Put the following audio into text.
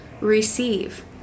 receive